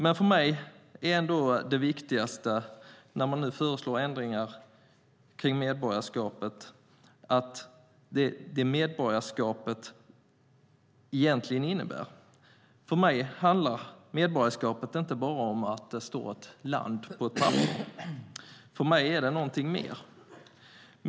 Men för mig är det inte det viktigaste, när man nu föreslår förändringar kring medborgarskapet. För mig handlar medborgarskapet inte bara om att ett land står på ett papper, för mig är det något mer.